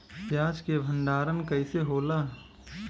प्याज के भंडारन कइसे होला?